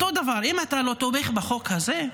אותו הדבר, אם אתה לא תומך בחוק הזה,